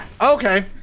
okay